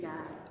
God